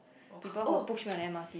people who push when M_R_T